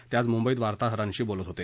ते आज मुंबईत वार्ताहरांशी बोलत होते